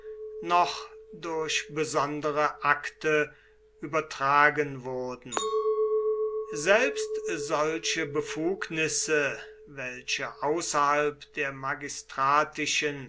nach durch besondere akte übertragen wurden selbst solche befugnisse welche außerhalb der